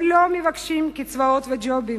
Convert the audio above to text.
חברים, הם לא מבקשים קצבאות וג'ובים,